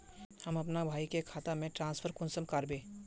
हम अपना भाई के खाता में ट्रांसफर कुंसम कारबे?